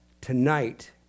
tonight